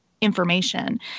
information